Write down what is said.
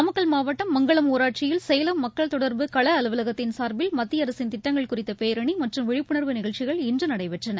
நாமக்கல் மாவட்டம் மங்களம் ஊராட்சியில் சேலம் மக்கள் தொடர்பு கள அலுவலகத்தின் சார்பில் மத்திய அரசின் திட்டங்கள் குறித்த பேரணி மற்றும் விழிப்புணர்வு நிகழ்ச்சிகள் இன்று நடைபெற்றன